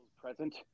present